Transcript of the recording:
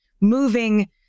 moving